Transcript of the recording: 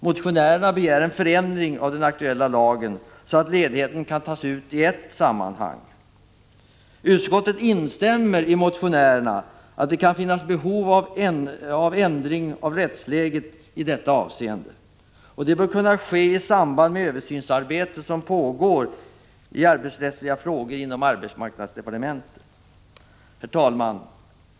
Motionärerna begär en förändring av den aktuella lagen, så att ledigheten kan tas ut sammanhängande. Utskottet instämmer med motionärerna att det kan finnas behov av ändring av rättsläget i detta avseende. Det bör kunna ske i samband med översynsarbetet, som pågår i arbetsrättsliga frågor inom arbetsmarknadsdepartementet. E Herr talman!